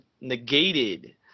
negated